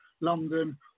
London